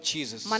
Jesus